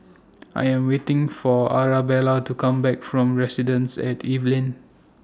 I Am waiting For Arabella to Come Back from Residences At Evelyn